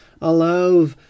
allow